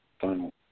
final